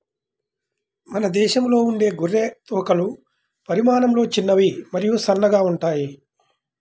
మన దేశంలో ఉండే గొర్రె తోకలు పరిమాణంలో చిన్నవి మరియు సన్నగా ఉంటాయి